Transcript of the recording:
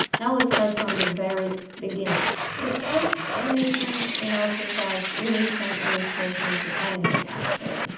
now, let's start from the very beginning to start animating in after effects. we need some illustration to animate, actually,